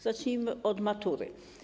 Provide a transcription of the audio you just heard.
Zacznijmy od matury.